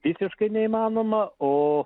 visiškai neįmanoma o